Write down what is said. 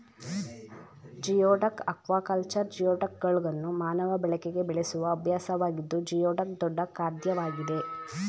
geoduck aquaculture ಜಿಯೋಡಕ್ಗಳನ್ನು ಮಾನವ ಬಳಕೆಗೆ ಬೆಳೆಸುವ ಅಭ್ಯಾಸವಾಗಿದ್ದು ಜಿಯೋಡಕ್ ದೊಡ್ಡ ಖಾದ್ಯವಾಗಿದೆ